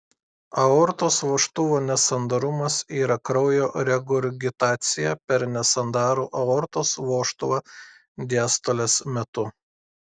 aortos vožtuvo nesandarumas yra kraujo regurgitacija per nesandarų aortos vožtuvą diastolės metu